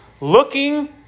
looking